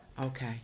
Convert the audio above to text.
Okay